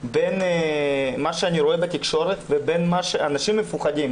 בין מה שאני רואה בתקשורת אנשים מפוחדים,